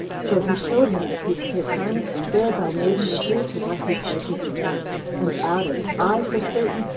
so he showed him the piece of his garment, and thereby made him agree to what he said to be true and added, i, for certain,